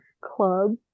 club